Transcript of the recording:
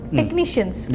technicians